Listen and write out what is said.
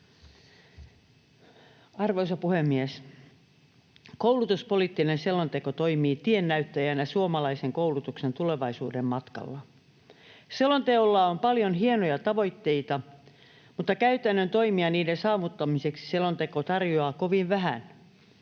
Arvoisa puhemies! Koulutuspoliittinen selonteko toimii tiennäyttäjänä suomalaisen koulutuksen tulevaisuuden matkalla. Selonteolla on paljon hienoja tavoitteita, mutta käytännön toimia niiden saavuttamiseksi selonteko tarjoaa kovin vähän.